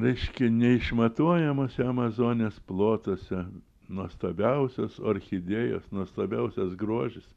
reiškia neišmatuojamose amazonės plotuose nuostabiausios orchidėjos nuostabiausias grožis